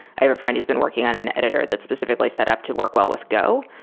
i have a friend who's been working on an editor that's specifically set up to work well with go.